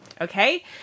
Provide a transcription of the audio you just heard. Okay